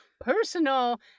personal